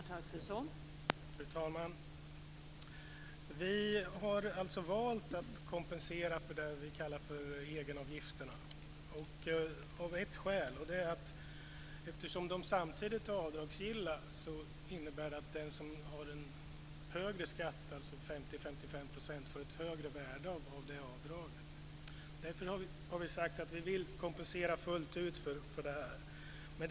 Fru talman! Vi har valt att kompensera för det vi kallar för egenavgifterna av ett skäl. Eftersom de samtidigt är avdragsgilla innebär det att den som har högre skatt, 50-55 %,- får ett högre värde av avdraget. Därför har vi sagt att vi vill kompensera fullt ut för det.